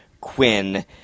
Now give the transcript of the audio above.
Quinn